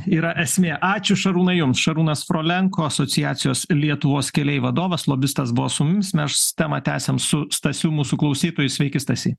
yra esmė ačiū šarūnai jums šarūnas frolenko asociacijos lietuvos keliai vadovas lobistas buvo su mumis mes temą tęsiam su stasiu mūsų klausytoju sveiki stasy